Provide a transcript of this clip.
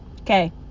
okay